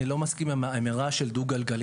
אני לא מסכים עם האמירה של דו גלגלי.